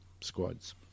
squads